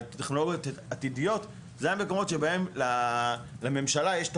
על טכנולוגיות עתידיות אלה המקומות שבהם לממשלה יש תפקיד,